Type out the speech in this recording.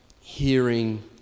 hearing